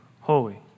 holy